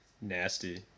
nasty